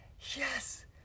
yes